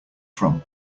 from